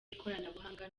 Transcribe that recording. ikoranabuhanga